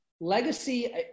Legacy